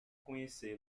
conhecê